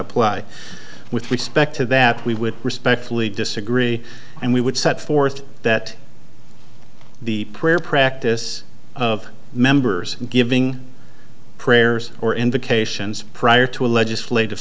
apply with respect to that we would respectfully disagree and we would set forth that the prayer practice of members giving prayers or invocations prior to a legislative